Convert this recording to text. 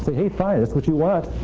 say, hey, fine. that's what you want.